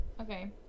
Okay